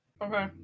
Okay